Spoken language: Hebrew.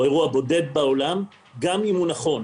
כי הוא האירוע הבודד בעולם גם אם הוא נכון.